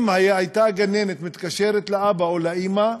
אם הייתה הגננת מתקשרת לאבא או לאימא,